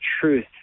truth